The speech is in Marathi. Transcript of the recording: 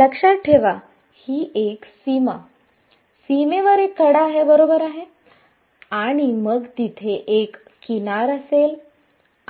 लक्षात ठेवा ही एक सीमा सीमेवर एक कडा आहे बरोबर आहे आणि मग तिथे आणखी एक किनार असेल